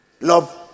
love